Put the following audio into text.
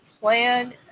plan